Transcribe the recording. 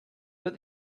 but